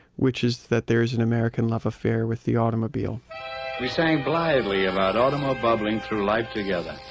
which is that there is an american love affair with the automobile we sang gladly about automo-bubbling through life together,